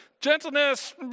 gentleness